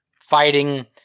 fighting